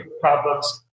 problems